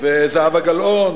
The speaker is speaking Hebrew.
זהבה גלאון,